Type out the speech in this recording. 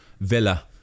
Villa